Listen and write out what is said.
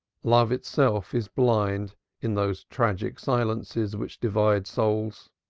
love itself is blind in those tragic silences which divide souls.